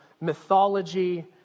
mythology